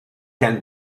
can